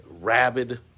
rabid